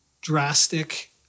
drastic